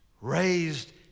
raised